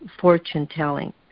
fortune-telling